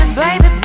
baby